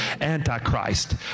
Antichrist